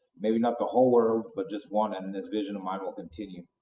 maybe not the whole world, but just one, and this vision of mine will continue.